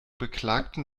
beklagten